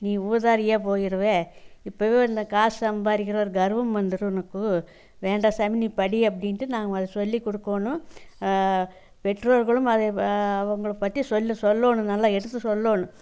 நீ ஊதாரியாக போயிடுவ இப்பவே இந்த காசு சம்பாதிக்கிற ஒரு கர்வம் வந்துடும் உனக்கு வேண்டாம் சாமி நீ படி அப்படினுட்டு நாம் அதை சொல்லி கொடுக்கோணும் பெற்றோர்களும் அதை இப்போ அவங்கள பற்றி சொல்லி சொல்லணும் நல்லா எடுத்து சொல்லணும்